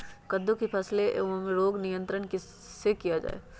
कददु की फसल में रोग नियंत्रण कैसे किया जाए?